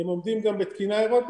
הם גם עומדים בתקינה אירופית,